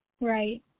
right